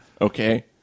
Okay